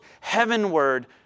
heavenward